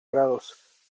grados